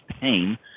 pain